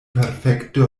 perfekte